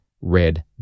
red